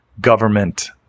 government